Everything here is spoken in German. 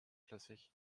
flüssig